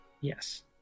yes